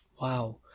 Wow